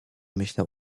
myślał